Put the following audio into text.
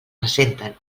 ressenten